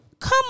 Come